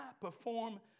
perform